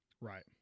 Right